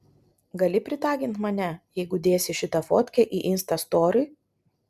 gali pritagint mane jeigu dėsi šitą fotkę į insta story